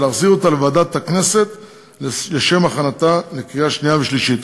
ולהחזיר אותה לוועדת הכנסת לשם הכנתה לקריאה שנייה ושלישית.